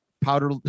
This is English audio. powder